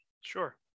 sure